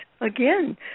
Again